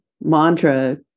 mantra